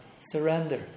surrender